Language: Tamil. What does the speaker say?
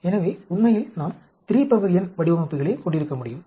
எனவே உண்மையில் நாம் 3n வடிவமைப்புகளைக் கொண்டிருக்க முடியும்